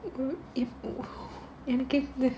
எனக்கு:enakku